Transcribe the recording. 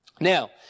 Now